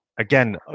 Again